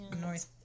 north